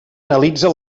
analitza